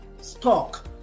stock